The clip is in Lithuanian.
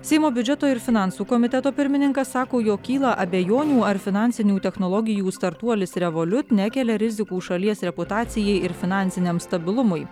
seimo biudžeto ir finansų komiteto pirmininkas sako jog kyla abejonių ar finansinių technologijų startuolis revoliut nekelia rizikų šalies reputacijai finansiniam stabilumui